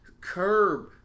curb